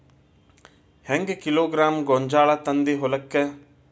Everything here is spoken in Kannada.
ಹೆಂಗ್ ಕಿಲೋಗ್ರಾಂ ಗೋಂಜಾಳ ತಂದಿ ಹೊಲಕ್ಕ?